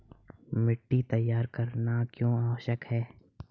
मिट्टी तैयार करना क्यों आवश्यक है?